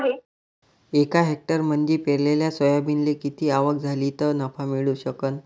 एका हेक्टरमंदी पेरलेल्या सोयाबीनले किती आवक झाली तं नफा मिळू शकन?